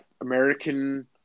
American